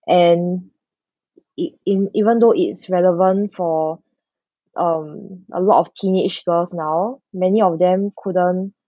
and it in even though it's relevant for um a lot of teenage girls now many of them couldn't